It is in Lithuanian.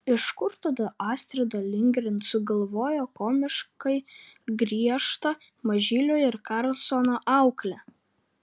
iš kur tada astrida lindgren sugalvojo komiškai griežtą mažylio ir karlsono auklę